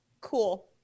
cool